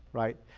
right?